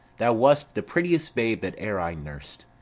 thou wast the prettiest babe that e'er i nurs'd.